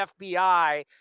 FBI